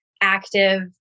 active